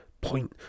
point